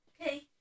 Okay